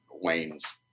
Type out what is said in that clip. Wayne's